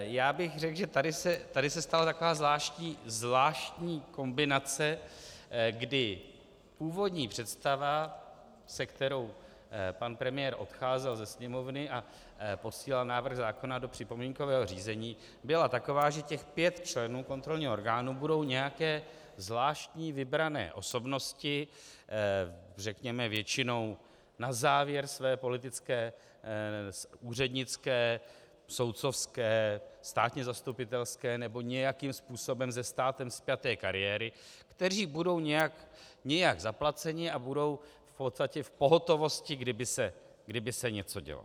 Já bych řekl, že tady se stala taková zvláštní kombinace, kdy původní představa, se kterou pan premiér odcházel ze Sněmovny a posílal návrh zákona do připomínkového řízení, byla taková, že těch pět členů kontrolního orgánu budou nějaké zvláštní vybrané osobnosti, řekněme většinou na závěr své politické, úřednické, soudcovské, státně zastupitelské nebo nějakým způsobem se státem spjaté kariéry, kteří budou nějak zaplaceni a budou v podstatě v pohotovosti, kdyby se něco dělo.